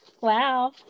Wow